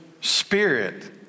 Spirit